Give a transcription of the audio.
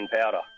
powder